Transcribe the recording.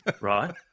right